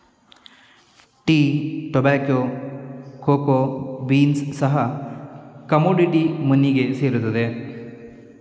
tea, tobacco, cocoa beans ಸಹ commodity ಮನಿಗೆ ಸೇರುತ್ತವೆ